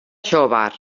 xóvar